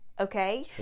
Okay